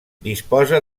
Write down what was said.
disposa